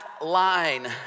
line